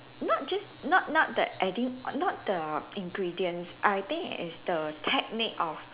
not just not not the adding not the ingredients I think is the technique of